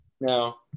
No